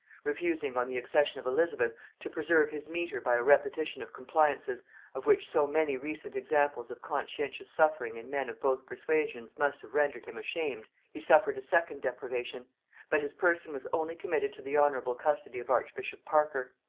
refusing, on the accession of elizabeth, to preserve his mitre by a repetition of compliances of which so many recent examples of conscientious suffering in men of both persuasions must have rendered him ashamed, he suffered a second deprivation but his person was only committed to the honorable custody of archbishop parker.